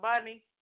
money